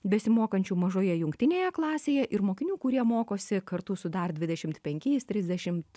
besimokančių mažoje jungtinėje klasėje ir mokinių kurie mokosi kartu su dar dvidešimt penkiais trisdešimt